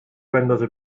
بندازه